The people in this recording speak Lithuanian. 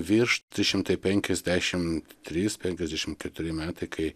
virš trys šimtai penkiasdešimt trys penkiasdešimt keturi metai kai